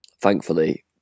thankfully